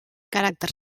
caràcter